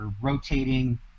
rotating